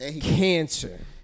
Cancer